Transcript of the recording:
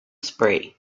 spree